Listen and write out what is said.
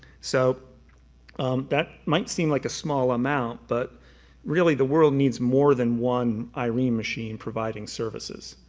so that might seem like a small amount, but really the world needs more than one irene machine providing services.